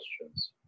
questions